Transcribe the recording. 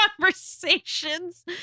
conversations